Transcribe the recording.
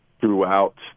throughout